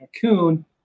cocoon